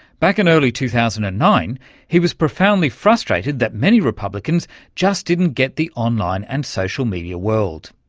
back in early two thousand and nine he was profoundly frustrated that many republicans just didn't get the online and social media world.